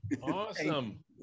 awesome